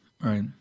Right